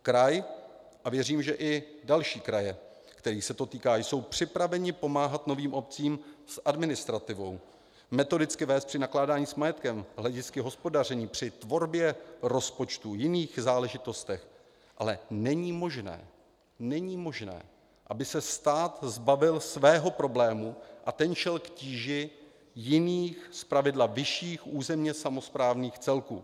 Kraje, a věřím, že i další kraje, kterých se to týká, jsou připraveny pomáhat novým obcím s administrativou, metodicky vést při nakládání s majetkem, hledisky hospodaření, při tvorbě rozpočtů v jiných záležitostech, ale není možné, není možné, aby se stát zbavil svého problému a ten šel k tíži jiných, zpravidla vyšších územně samosprávných celků.